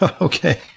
Okay